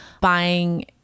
buying